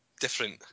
different